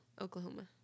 Oklahoma